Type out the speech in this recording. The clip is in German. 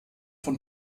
von